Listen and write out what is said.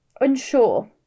unsure